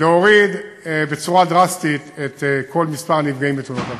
להוריד בצורה דרסטית את מספר הנפגעים בתאונות הדרכים.